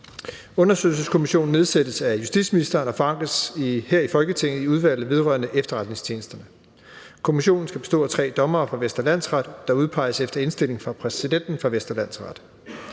Undersøgelseskommissionen nedsættes af justitsministeren og forankres her i Folketinget i Udvalget vedrørende Efterretningstjenesterne. Kommissionen skal bestå af tre dommere fra Venstre landsret, der udpeges efter indstilling fra præsidenten for Vestre Landsret.